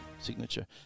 signature